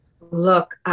Look